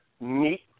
meet